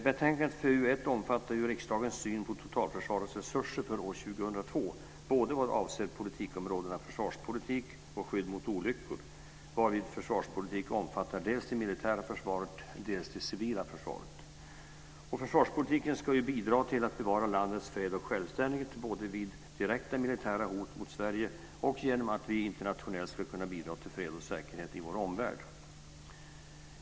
Betänkandet FöU1 omfattar riksdagens syn på totalförsvarets resurser för år 2002 både vad avser politikområdena försvarspolitik och skydd mot olyckor, varvid försvarspolitik omfattar dels det militära försvaret, dels det civila försvaret. Försvarspolitiken ska bidra till att bevara landets fred och självständighet både vid direkta militära hot mot Sverige och genom att vi internationellt ska kunna bidra till fred och säkerhet i vår omvärld.